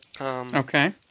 Okay